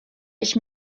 ich